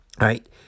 right